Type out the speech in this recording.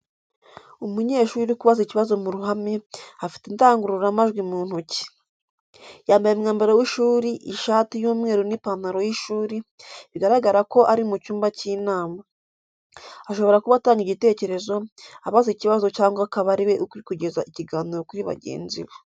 Umunyeshuri uri kubaza ikibazo mu ruhame, afite indangururamajwi mu ntoki. Yambaye umwambaro w'ishuri ishati y'umweru n’ipantaro y’ishuri, biragaragara ko ari mu cyumba cy’inama. Ashobora kuba atanga igitekerezo, abaza ikibazo cyangwa akaba ari we uri kugeza ikiganiro kuri bagenzi be.